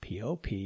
pop